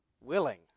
willing